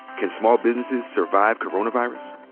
can small businesses survive coronavirus?